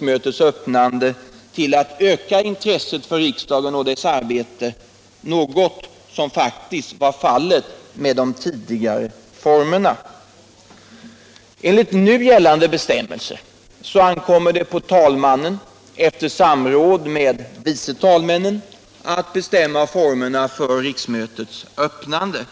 intet sätt till att öka intresset för riksdagen och dess arbete, något som faktiskt var fallet med de tidigare formerna. Enligt nu gällande bestämmelser ankommer det på talmannen att efter samråd med vice talmännen bestämma formerna för riksmötets öppnande.